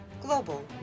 Global